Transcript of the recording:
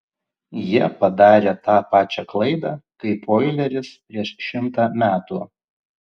jie padarė tą pačią klaidą kaip oileris prieš šimtą metų